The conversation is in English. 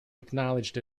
acknowledged